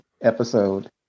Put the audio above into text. episode